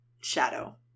shadow